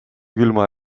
külma